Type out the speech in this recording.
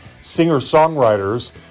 singer-songwriters